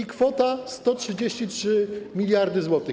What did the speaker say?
To kwota 133 mld zł.